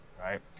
Right